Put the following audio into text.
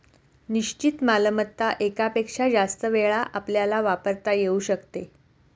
निश्चित मालमत्ता एकापेक्षा जास्त वेळा आपल्याला वापरता येऊ शकते